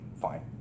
fine